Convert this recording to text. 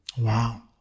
Wow